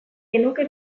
genuke